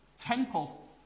Temple